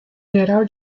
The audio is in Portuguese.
geral